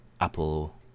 apple